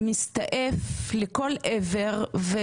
מסתעף לכל עבר.